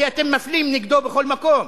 כי אתם מפלים נגדו בכל מקום,